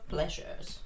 Pleasures